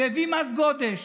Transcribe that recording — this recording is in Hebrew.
והביא מס גודש